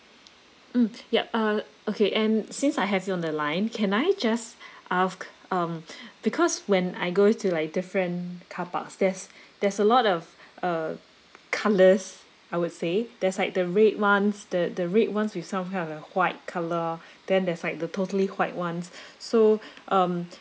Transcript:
mm yup uh okay and since I have you on the line can I just ask um because when I go to like different car parks there's there's a lot of uh colours I would say there's like the red [one] s the the red [one] s with some kind of white colour then there's like the totally white [one] s so um